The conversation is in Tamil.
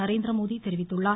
நரேந்திரமோடி தெரிவித்துள்ளார்